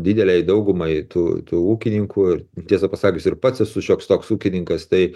didelei daugumai tų tų ūkininkų ir tiesą pasakius ir pats esu šioks toks ūkininkas tai